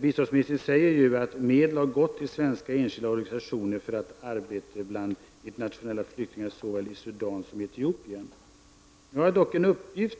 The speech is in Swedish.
Biståndsmininstern säger att medel har gått till svenska enskilda organisationer som bedriver arbete bland internationella flyktingar såväl i Sudan som i Etiopien. Jag har dock fått en uppgift